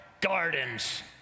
gardens